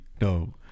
no